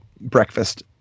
breakfast